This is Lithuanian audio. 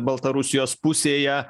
baltarusijos pusėje